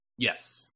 Yes